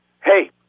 Hey